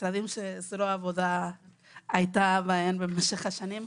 המשרדים שזרוע העבודה היתה בהם במשך השנים,